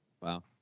Wow